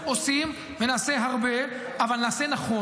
אנחנו עושים הרבה, למה את אומרת שלא עושים כלום?